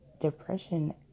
depression